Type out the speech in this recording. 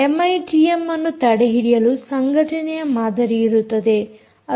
MITM ಅನ್ನು ತಡೆಹಿಡಿಯಲು ಸಂಘಟನೆಯ ಮಾದರಿಯಿರುತ್ತದೆ